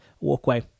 walkway